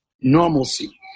normalcy